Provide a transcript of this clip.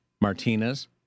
Martinez